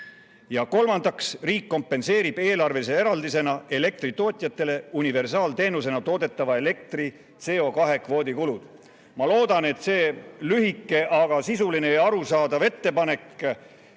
Kolmandaks, riik kompenseerib eelarvelise eraldisena elektritootjatele universaalteenusena toodetava elektri CO2kvoodi kulud. Ma loodan, et see lühike, aga sisuline ja arusaadav ettepanek